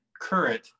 current